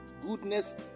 goodness